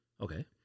Okay